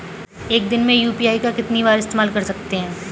एक दिन में यू.पी.आई का कितनी बार इस्तेमाल कर सकते हैं?